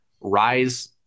rise